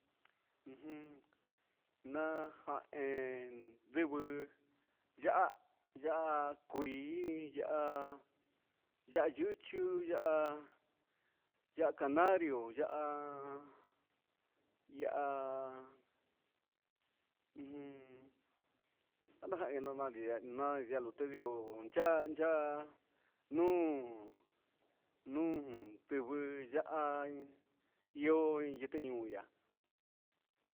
Ujun najan en ndenguin ya'á kui ya'á, ya'á yucho'o ya'á, ya'á canario ya'á, ya'á ujun najanerio nadi'é nadietutelo ya'á cha'a, nuu nuu ndivii ya'á ihó niteyu ya'á.